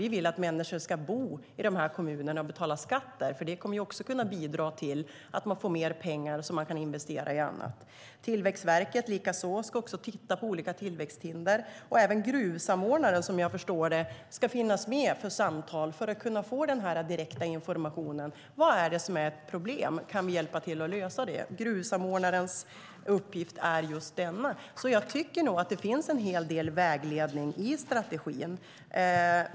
Vi vill att människor ska bo i de här kommunerna och betala skatt där, för det kommer också att kunna bidra till att man får mer pengar som man kan investera i annat. Tillväxtverket ska likaså titta på olika tillväxthinder. Även gruvsamordnarna ska som jag förstår det finnas med för samtal för att kunna få den här direkta informationen om vad som är problem. Kan vi hjälpa till att lösa det? Gruvsamordnarens uppgift är just denna. Jag tycker nog att det finns en hel del vägledning i strategin.